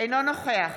אינו נוכח